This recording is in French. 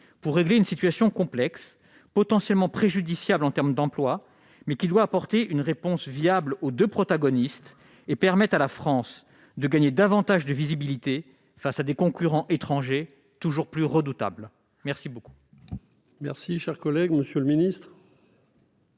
pour régler une situation complexe, potentiellement préjudiciable en termes d'emploi, et dont l'issue doit apporter une réponse viable aux deux protagonistes et permettre à la France de gagner davantage de visibilité face à des concurrents étrangers toujours plus redoutables ? La parole